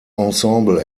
ensemble